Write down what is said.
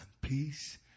peace